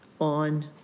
on